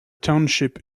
township